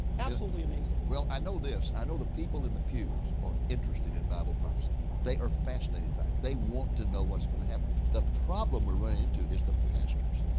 absolutely amazing. well i know this i know the people in the pews are interested in bible prophecy. they are fascinated by it. they want to know what is going to happen. the problem we are running into is the pastors.